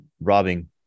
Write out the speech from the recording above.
robbing